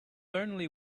only